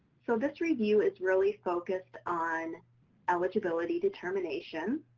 so this review is really focused on eligibility determination,